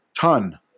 ton